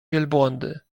wielbłądy